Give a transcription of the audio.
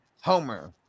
homer